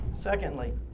secondly